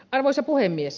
arvoisa puhemies